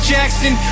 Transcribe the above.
Jackson